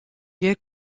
hjir